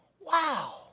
wow